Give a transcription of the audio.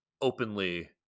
openly